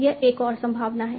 यह एक और संभावना है